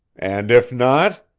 and if not?